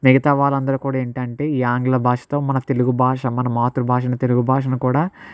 మిగతా వాళ్ళు అందరూ కూడా ఏంటి అంటే ఈ ఆంగ్ల భాషతో మన తెలుగు భాష మన మాతృభాషను తెలుగు భాషను కూడా